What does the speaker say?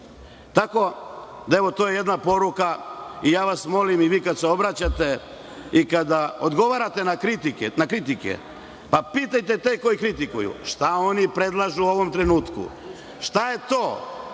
u Srbiji. Ovo je jedna poruka i molim vas da kada se obraćate i kada odgovarate na kritike, pa pitajte te koji kritikuju – šta oni predlažu u ovom trenutku? Šta je to